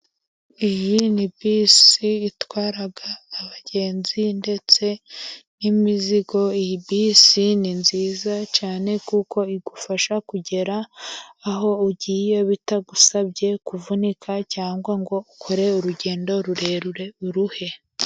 Iyi ni bisi itwara abagenzi, ndetse n'imizigo, iyi bisi ni nziza cyane kuko igufasha kugera aho ugiye bitagusabye kuvunika, cyangwa ngo ukore urugendo rurerure uruhe.